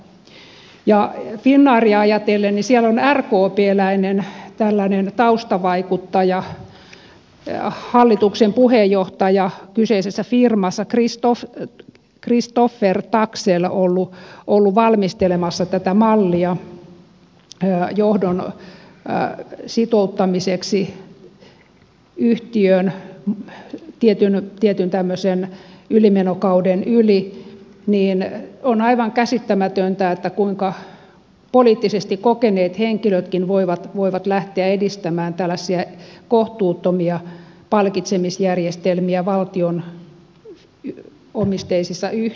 kun finnairia ajatellaan niin siellä on rkpläinen taustavaikuttaja hallituksen puheenjohtaja kyseissä firmassa christoffer taxell ollut valmistelemassa tätä mallia johdon sitouttamiseksi yhtiön tietyn tämmöisen ylimenokauden yli ja on aivan käsittämätöntä kuinka poliittisesti kokeneetkin henkilöt voivat lähteä edistämään tällaisia kohtuuttomia palkitsemisjärjestelmiä valtion omisteisissa yhtiöissä